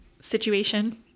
situation